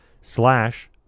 slash